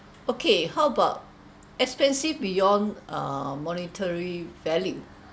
okay lah how about expensive beyond uh monetary value